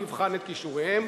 מי יבחן את כישוריהם,